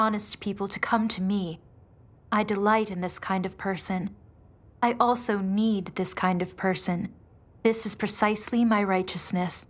honest people to come to me i delight in this kind of person i also need this kind of person this is precisely my righteousness